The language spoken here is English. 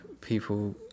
people